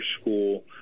school